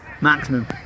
maximum